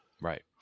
Right